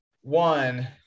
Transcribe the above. one